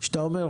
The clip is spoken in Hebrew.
כשאתה אומר,